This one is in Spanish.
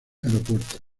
aeropuerto